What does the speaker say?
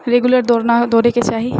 regular दौड़ना दौड़एके चाही